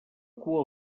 cua